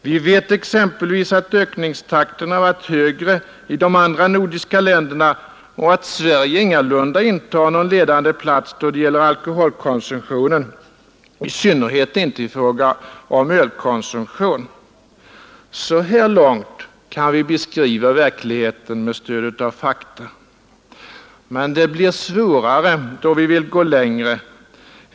Vi vet exempelvis att ökningstakten har varit högre i de andra nordiska länderna och att Sverige ingalunda intar någon ledande plats då det gäller alkoholkonsumtion och i synnerhet inte i fråga om ölkonsumtion. Så här långt kan vi beskriva verkligheten med stöd av fakta. Men det blir svårare då vi vill gå längre.